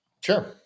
Sure